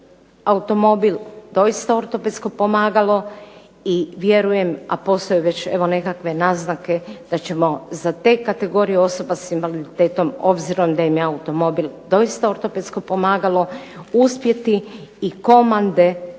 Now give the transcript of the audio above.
automobil doista ortopedsko pomagalo i vjerujem, a postoje već nekakve naznake da ćemo za te kategorije osoba s invaliditetom obzirom da im je automobil doista ortopedsko pomagalo, uspjeti i komande